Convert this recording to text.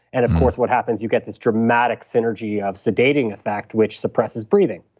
and of course, what happens, you get this dramatic synergy of sedating effect which suppresses breathing.